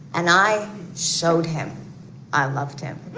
and i showed him i loved him.